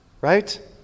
right